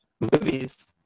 Movies